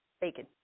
bacon